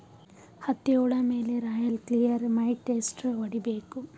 ಹತ್ತಿ ಹುಳ ಮೇಲೆ ರಾಯಲ್ ಕ್ಲಿಯರ್ ಮೈಟ್ ಎಷ್ಟ ಹೊಡಿಬೇಕು?